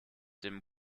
dem